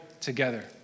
together